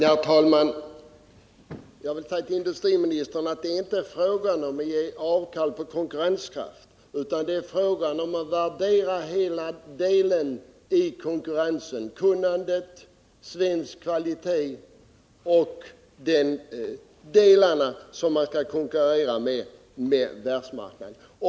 Herr talman! Jag vill till industriministern säga att det inte är fråga om att ge avkall på konkurrenskraft, utan det är fråga om att värdera alla delar i konkurrensen — kunnande, svensk kvalitet och de delar som man skall konkurrera med på världsmarknaden.